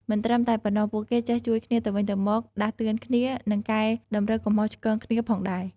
មិនត្រឹមតែប៉ុណ្ណោះ ពួកគេចេះជួយគ្នាទៅវិញទៅមក ដាស់តឿនគ្នា និងកែតម្រូវកំហុសឆ្គងគ្នាផងដែរ។